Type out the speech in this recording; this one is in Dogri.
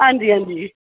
हां जी हां जी